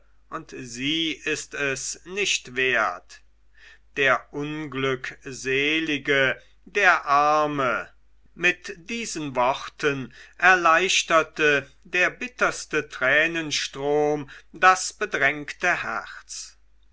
und sie ist es nicht wert der unglückselige der arme mit diesen worten erleichterte der bitterste tränenstrom das bedrängte herz